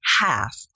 half